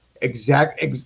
exact